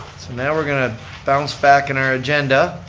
so now, we're going to bounce back in our agenda.